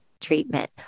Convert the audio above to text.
treatment